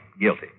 guilty